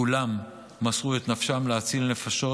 כולם מסרו את נפשם להציל נפשות,